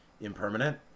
impermanent